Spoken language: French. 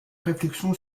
réflexion